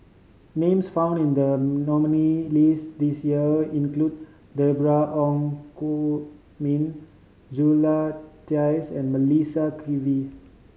names found in the nominee' list this year include Deborah Ong Gu Min Jula and Melissa Kwee